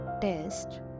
test